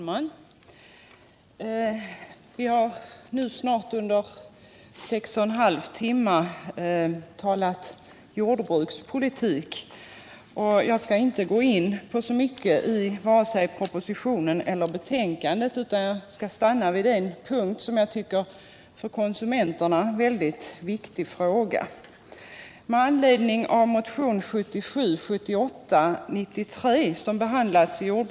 Nr 54 Herr talman! Vi har nu snart i sex och en halv timme talat jordbruks Fredagen den politik, och jag skall inte gå in på så mycket i vare sig propositionen 16 december 1977 eller betänkandet, utan jag skall stanna vid den punkt som jag tycker = är en för konsumenterna väldigt viktig fråga. Jordbrukspolitiken, Med anledning av min motion 1977/78:93, som behandlats i jordm.m.